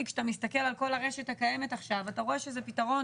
כשאתה מסתכל על כל הרשת הקיימת עכשיו אתה רואה שזה פתרון,